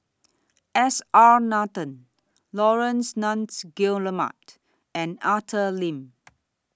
S R Nathan Laurence Nunns Guillemard and Arthur Lim